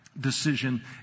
decision